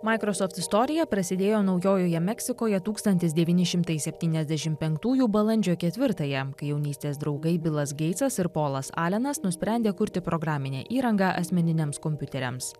microsoft istorija prasidėjo naujojoje meksikoje tūkstantis devyni šimtai septyniasdešimt penktųjų balandžio ketvirtąją kai jaunystės draugai bilas geitsas ir polas alenas nusprendė kurti programinę įrangą asmeniniams kompiuteriams